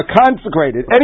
consecrated